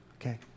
Okay